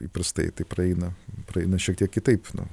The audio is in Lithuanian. įprastai tai praeina praeina šiek tiek kitaip nu